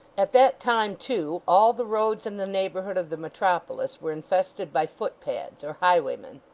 at that time, too, all the roads in the neighbourhood of the metropolis were infested by footpads or highwaymen,